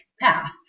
path